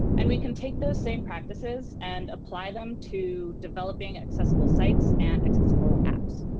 and we can take the same practices and apply them to developing accessible sites and accessible apps.